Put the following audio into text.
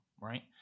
right